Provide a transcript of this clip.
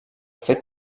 fet